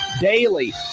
Daily